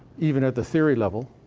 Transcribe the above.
even at the theory level.